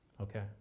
Okay